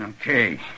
Okay